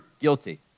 guilty